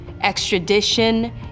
extradition